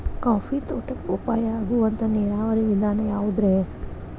Coffee ತೋಟಕ್ಕ ಉಪಾಯ ಆಗುವಂತ ನೇರಾವರಿ ವಿಧಾನ ಯಾವುದ್ರೇ?